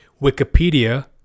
Wikipedia